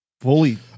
Fully